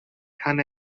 kann